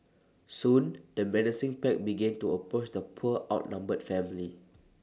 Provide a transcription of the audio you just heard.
soon the menacing pack began to approach the poor outnumbered family